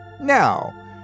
Now